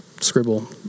scribble